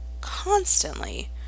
constantly